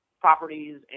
properties